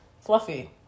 fluffy